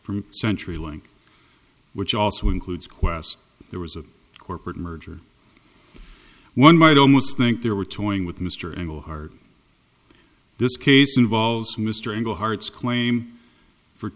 from century link which also includes qwest there was a corporate merger one might almost think there were towing with mr engelhard this case involves mr engle hearts claim for